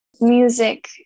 music